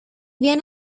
bien